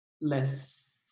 less